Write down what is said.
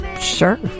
sure